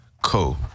Cool